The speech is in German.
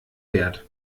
wert